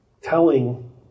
telling